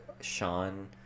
Sean